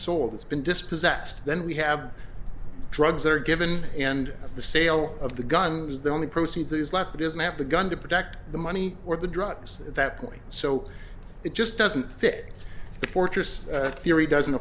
sold it's been dispossessed then we have drugs that are given and the sale of the gun is the only proceeds is left that isn't at the gun to protect the money or the drugs that point so it just doesn't fit the fortress theory doesn't